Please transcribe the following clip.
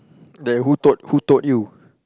like who taught who taught you